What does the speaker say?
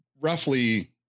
roughly